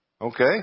Okay